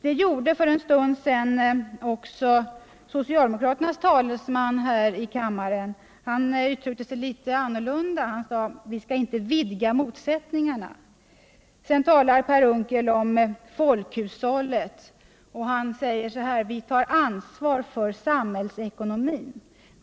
Det gjorde för en stund sedan också socialdemokraternas talesman här i kammaren, som dock uttryckte sig litet annorlunda, nämligen så att vi inte skall vidga motsättningarna. Vidare talar Per Unckel om folkhushållet och säger att vi tar ansvar för samhällsekonomin.